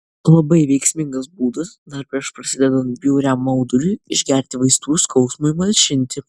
labai veiksmingas būdas dar prieš prasidedant bjauriam mauduliui išgerti vaistų skausmui malšinti